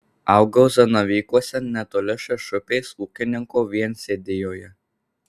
augau zanavykuose netoli šešupės ūkininko viensėdijoje